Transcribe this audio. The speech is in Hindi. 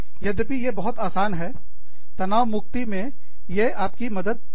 यद्यपि यह बहुत आसान है तनाव मुक्ति में यह आपकी मदद करेंगे